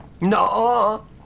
No